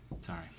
Sorry